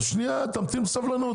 אז, שנייה, תמתין בסבלנות.